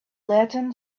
latin